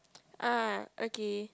ah okay